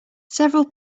several